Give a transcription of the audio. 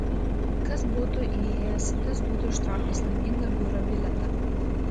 kas būtų įėjęs tas būtų ištraukęs laimingą biuro bilietą